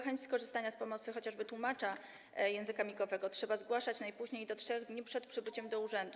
Chęć skorzystania z pomocy chociażby tłumacza języka migowego trzeba zgłaszać najpóźniej do 3 dni przed przybyciem do urzędu.